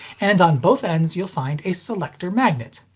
and on both ends you'll find a selector magnet.